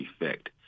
effect